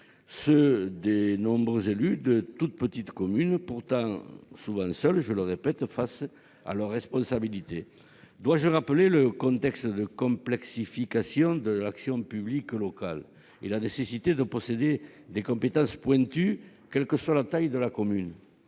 les nombreux élus des toutes petites communes, pourtant souvent seuls face à leurs responsabilités. Dois-je rappeler le contexte de complexification de l'action publique locale et la nécessité de posséder des compétences pointues, quelle que soit la taille de la commune